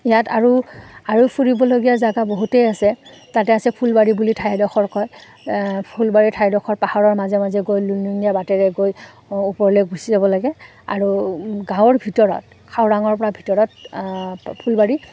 ইয়াত আৰু আৰু ফুৰিবলগীয়া জেগা বহুতেই আছে তাতে আছে ফুলবাৰী বুলি ঠাইডখৰ কয় ফুলবাৰী ঠাইডখৰ পাহৰৰ মাজে মাজে গৈ লুং লুঙীয়া বাটেৰে গৈ ওপৰলৈ গুচি যাব লাগে আৰু গাঁৱৰ ভিতৰত খাওৰাঙৰ পৰা ভিতৰত ফুলবাৰী